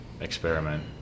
experiment